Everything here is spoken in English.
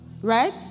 right